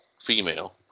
female